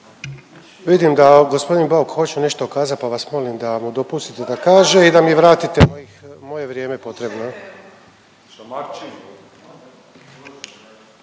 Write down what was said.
Vidim da g. Bauk hoće nešto kazat pa vas molim da mu dopustite kaže i da mi vratite moje vrijeme potrebno.